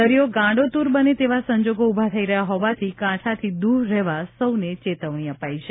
દરિયો ગાંડોતૂર બને તેવા સંજોગ ઉભા થઇ રહ્યા હોવાથી કાંઠાથી દૂર રહેવા સૌને ચેતવણી અપાઇ છે